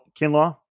Kinlaw